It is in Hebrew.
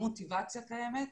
המוטיבציה קיימת,